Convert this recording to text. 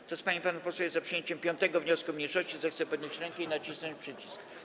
Kto z pań i panów posłów jest za przyjęciem 5. wniosku mniejszości, zechce podnieść rękę i nacisnąć przycisk.